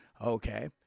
okay